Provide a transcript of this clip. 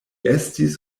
estis